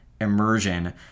immersion